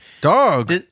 dog